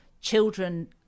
children